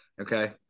okay